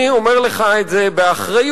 אני אומר לך את זה באחריות,